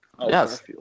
Yes